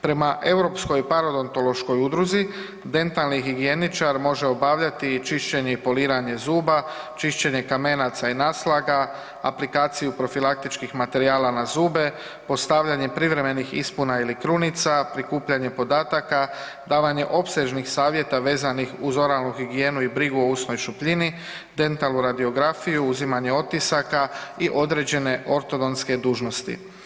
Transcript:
Prema Europskoj paradentološkoj udruzi dentalni higijeničar može obavljati i činjenje i poliranje zuba, čišćenje kamenaca i naslaga, aplikaciju profilaktičkih materijala na zube, postavljanje privremenih ispuna ili krunica, prikupljanje podataka, davanje opsežnih savjeta vezanih uz oralnu higijenu i brigu o usnoj šupljini, dentalnu radiografiju, uzimanje otisaka i određene ortodonske dužnosti.